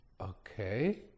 Okay